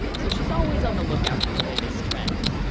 so she's always on the lookout for the latest trend.